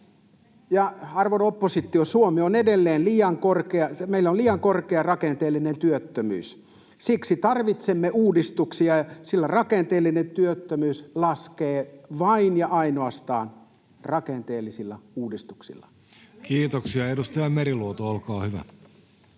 arvon oppositio, Suomessa on edelleen liian korkea rakenteellinen työttömyys. Siksi tarvitsemme uudistuksia, sillä rakenteellinen työttömyys laskee vain ja ainoastaan rakenteellisilla uudistuksilla. [Jussi Saramon välihuuto] [Speech